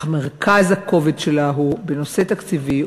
אך מרכז הכובד שלה הוא בנושא התקציבי,